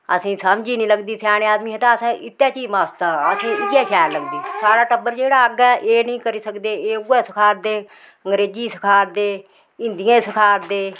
असेंई समझ ई नी लगदी स्याने आदमी हे ते अस इत्ते च ही मस्त आं असें इ'यै शैल लगदी साढ़ा टब्बर जेह्ड़ा अग्गें एह नी करी सकदे एह् उ'यै सखा दे अंग्रेजी सखा दे हिंदी ई सखा दे